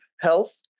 health